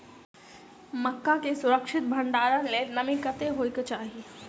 मक्का केँ सुरक्षित भण्डारण लेल नमी कतेक होइ कऽ चाहि?